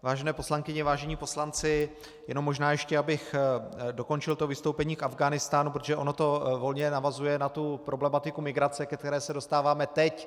Vážené paní poslankyně, vážení poslanci, jenom možná ještě abych dokončil to vystoupení k Afghánistánu, protože to volně navazuje na problematiku migrace, ke které se dostáváme teď.